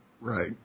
Right